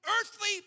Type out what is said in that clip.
earthly